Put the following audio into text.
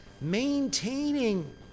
maintaining